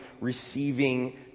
receiving